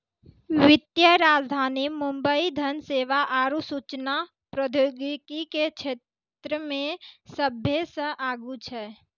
वित्तीय राजधानी मुंबई धन सेवा आरु सूचना प्रौद्योगिकी के क्षेत्रमे सभ्भे से आगू छै